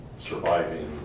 surviving